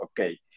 okay